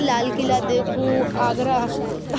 لال قلعہ دیکھوں آگرہ